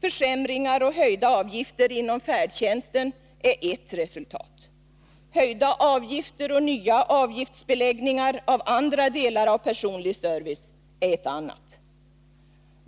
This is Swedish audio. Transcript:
Försämringar och höjda avgifter inom färdtjänsten är ett resultat. Höjda avgifter och ny avgiftsbeläggning av andra delar av personlig service är ett annat.